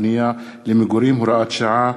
תכנון ובנייה להאצת הבנייה למגורים (הוראת שעה)